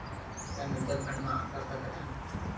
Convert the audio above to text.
का mutual fund म कर सकत हन?